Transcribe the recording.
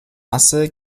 asse